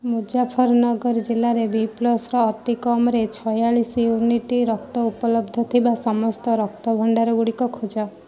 ମୁଜାଫରନଗର ଜିଲ୍ଲାରେ ବି ପ୍ଲସ୍ର ଅତିକମ୍ରେ ଛାୟାଳିଶ ୟୁନିଟ୍ ରକ୍ତ ଉପଲବ୍ଧ ଥିବା ସମସ୍ତ ରକ୍ତ ଭଣ୍ଡାରଗୁଡ଼ିକ ଖୋଜ